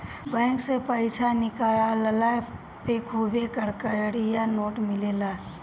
bank से पईसा निकलला पे खुबे कड़कड़िया नोट मिलेला